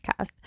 podcast